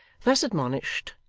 thus admonished,